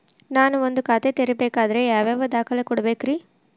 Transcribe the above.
ನಾನ ಒಂದ್ ಖಾತೆ ತೆರಿಬೇಕಾದ್ರೆ ಯಾವ್ಯಾವ ದಾಖಲೆ ಕೊಡ್ಬೇಕ್ರಿ?